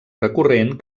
recurrent